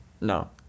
No